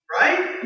right